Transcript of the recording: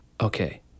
okay